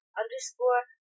underscore